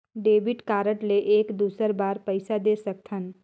Debit card ले एक दुसर बार पइसा दे सकथन?